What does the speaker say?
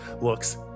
looks